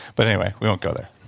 but anyway. we won't go there